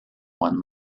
one